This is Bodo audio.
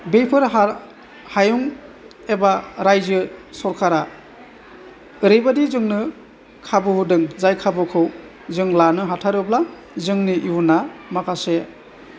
बैफोर हायुं एबा रायजो सरकारआ ओरैबादि जोंनो खाबु होदों जाय खाबुखौ जों लानो हाथारोब्ला जोंनि इयुना माखासे